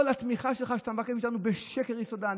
כל התמיכה שלך, שאתה מבקש מאיתנו, בשקר יסודה.